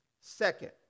Second